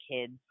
kids